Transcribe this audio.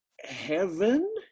heaven